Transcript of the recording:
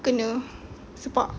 kena sepak